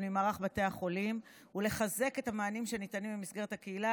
ממערך בתי החולים ותחזק את המענים שניתנים במסגרת הקהילה.